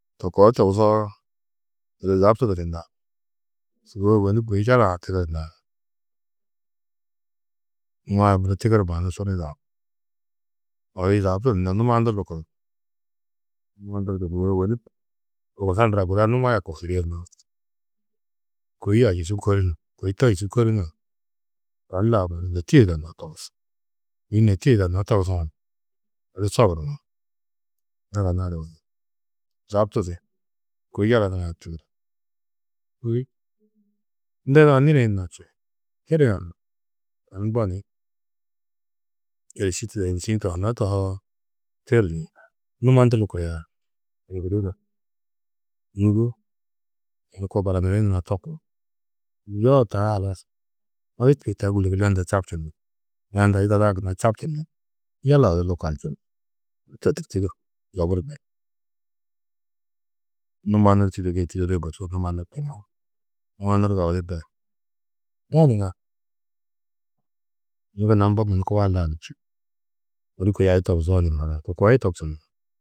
To koo togusoo, odu zabtudunu nani, sûgoi ôwonni kôi yala-ã tigiri nani, ma gudi tigiri mannu suru yidanú, odu zabtudunu ni numa ndur lukaru, numa ndur du sûgoi ôwonni, horkusa ndura guda numaa kohudurie no, kôi a yusu kôrunu kôi to yusu kôrunu, tani laũ mannu nêtiye yidannó togus, yunu nêtiye yidannó togusã, odu soburu ni zaga nadoo ni, zabtudunu kôi yala nurã, hôi ndedã nirĩ na či, tiri aã, tani mbo ni êriski tidedi êriski-ĩ tohunó tohoo, tiri ni numa ndur lukuria, yunu gudi, nûgo yunu ko baraniri nurã yoo taa halas, odu kôi taa hunda čabčundu ni, yina hunda yidadã gunna čabčundu ni, yala odu lukar či, to tûrtu du yoburu ni numa nur tidedîe tidedîe borsu du, numa nur tiro, numa nur du odu de gali nar, yunu gunna mbo mannu kubo Allaa du čî, odu kôi a di tobuzo nuru hadar, to koo di tobusunuũ.